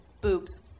Boobs